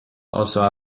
also